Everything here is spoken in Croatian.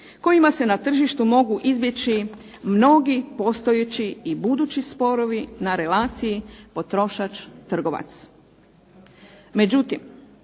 kojima se na tržištu mogu izbjeći mnogi postojeći i budući sporovi na relaciji potrošač – trgovac.